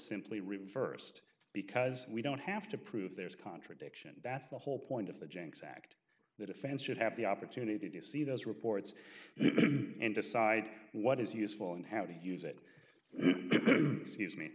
simply reversed because we don't have to prove there's a contradiction that's the whole point of the jinx act the defense should have the opportunity to see those reports and decide what is useful and how to use it